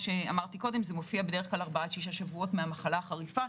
זה מופיע בדרך כלל ארבעה עד שישה שבועות מהמחלה החריפה,